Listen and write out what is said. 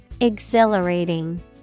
Exhilarating